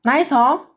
nice hor